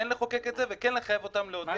כן לחוקק את זה וכן לחייב את החברות להודיע.